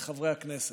חברי הכנסת,